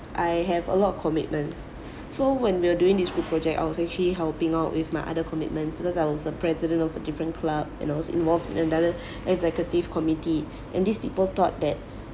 I have a lot of commitments so when we're doing this project I was actually helping out with my other commitments because I was the president of a different club and also involved in another executive committee and these people thought that